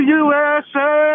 usa